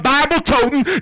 Bible-toting